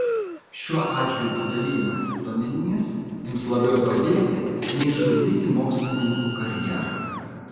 šiuo atžvilgiu dalijimasis duomenimis ims labiau padėti nei žlugdyti mokslininkų karjerą